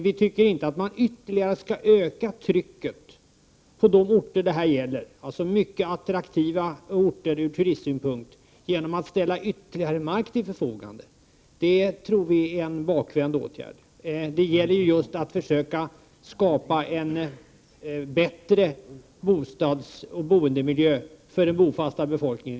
Vi tycker dock inte att man ytterligare bör öka trycket på dessa orter, som är mycket attraktiva ur turistsynpunkt, genom att ställa ytterligare mark till förfogande. Det tycker vi är en bakvänd åtgärd när det gäller att försöka skapa en bättre bostadsoch boendemiljö för den bofasta befolkningen.